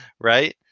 Right